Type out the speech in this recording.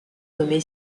nommé